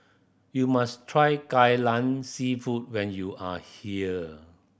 you must try Kai Lan Seafood when you are here